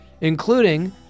Including